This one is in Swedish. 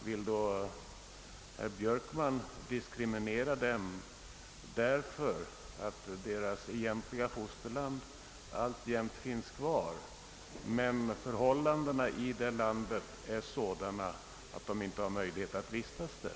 Vill herr Björkman diskriminera dessa därför att deras egentliga fosterland alltjämt finns kvar men förhållandena i detta ändå är sådana att de inte har möjlighet att vistas där?